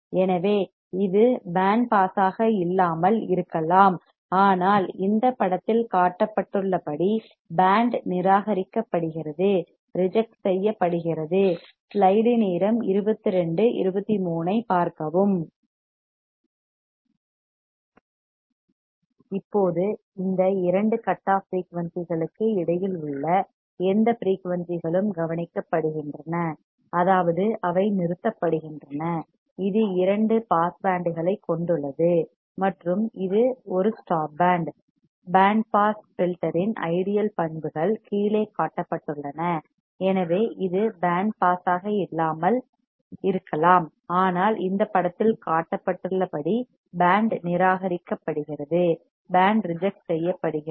எனவே இது பேண்ட் பாஸாக இல்லாமல் இருக்கலாம் ஆனால் இந்த படத்தில் காட்டப்பட்டுள்ளபடி பேண்ட் நிராகரிப்படுகிறது ரிஜெக்ட் செய்யப்படுகிறது